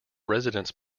residence